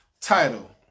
Title